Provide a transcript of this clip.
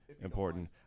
important